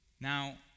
Now